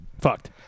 Fucked